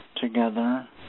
together